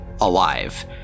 alive